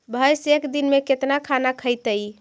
भैंस एक दिन में केतना खाना खैतई?